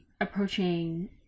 approaching